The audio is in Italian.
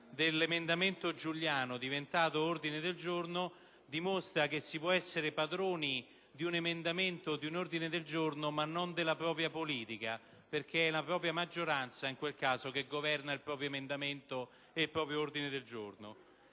dal senatore Giuliano, diventato ordine del giorno, dimostra che si può essere padroni di un emendamento o di un ordine del giorno ma non della propria politica, perché in quel caso è la propria maggioranza che governa il proprio emendamento o il proprio ordine del giorno.